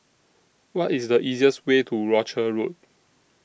What IS The easiest Way to Rochor Road